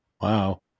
Wow